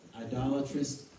idolatrous